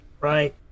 right